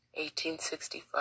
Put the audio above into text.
1865